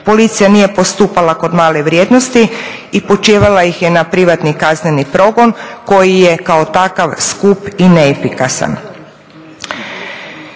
Policija nije postupala kod male vrijednosti, upućivala ih je na privatni kazneni progon koji je kao takav skup i neefikasan.